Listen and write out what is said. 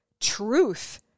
truth